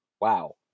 Wow